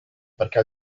perché